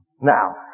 Now